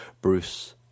Bruce